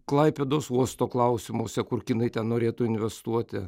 klaipėdos uosto klausimuose kur kinai ten norėtų investuoti